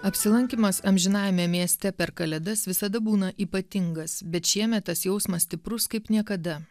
apsilankymas amžinajame mieste per kalėdas visada būna ypatingas bet šiemet tas jausmas stiprus kaip niekada